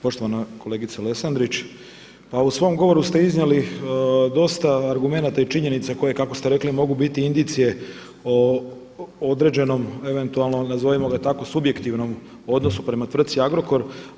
Poštovana kolegice Lesandrić, pa u svom govoru ste iznijeli dosta argumenata i činjenica koje kako ste rekli mogu biti indicije o određenom eventualno nazovimo ga tako subjektivnom odnosu prema tvrtci Agrokor.